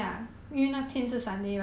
ah